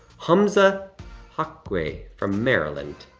humza hakway from maryland.